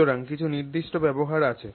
সুতরাং কিছু নির্দিষ্ট ব্যবহার আছে